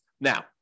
Now